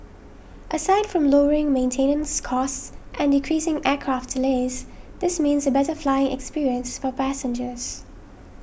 aside from lowering maintenance costs and decreasing aircraft delays this means a better flying experience for passengers